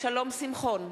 שלום שמחון,